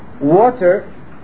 water